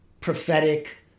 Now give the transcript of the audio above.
prophetic